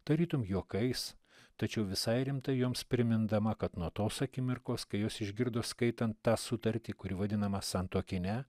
tarytum juokais tačiau visai rimtai joms primindama kad nuo tos akimirkos kai jos išgirdo skaitant tą sutartį kuri vadinama santuokine